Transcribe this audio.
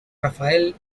rafael